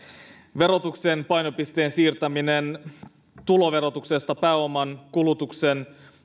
verotuksen painopisteen siirtäminen tuloverotuksesta pääomaan kulutukseen